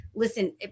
Listen